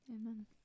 Amen